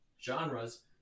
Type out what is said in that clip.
genres